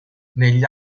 negli